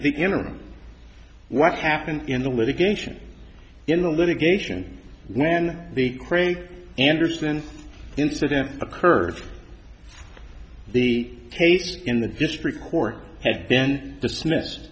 the interim what happened in the litigation in the litigation when the crane andersen incident occurred the case in the district court had been dismissed